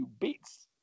beats